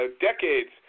decades